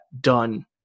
done